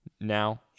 now